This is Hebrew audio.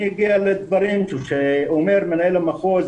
אומר מנהל המחוז,